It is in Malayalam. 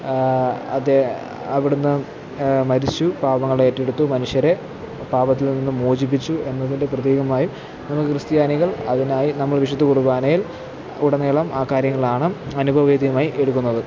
അതെ അവിടെ നിന്നു മരിച്ചു പാപങ്ങളേറ്റെടുത്തു മനുഷ്യരെ പാപത്തില് നിന്നും മോചിപ്പിച്ചു എന്നതിന്റെ പ്രതീകമായി ഞങ്ങള് ക്രിസ്ത്യാനികള് അതിനായി നമ്മള് വിശുദ്ധ കുര്ബാനയില് ഉടനീളം ആ കാര്യങ്ങളാണ് അനുഭവവേദ്യമായി എടുക്കുന്നത്